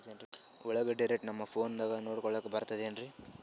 ಉಳ್ಳಾಗಡ್ಡಿ ರೇಟ್ ನಮ್ ಫೋನದಾಗ ನೋಡಕೊಲಿಕ ಬರತದೆನ್ರಿ?